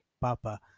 papa